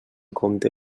compte